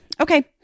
Okay